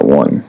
one